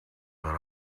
but